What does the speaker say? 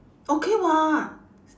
okay [what]